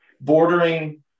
Bordering